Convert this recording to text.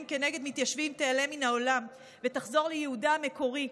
כנגד מתיישבים תיעלם מן העולם ותחזור לייעודה המקורי,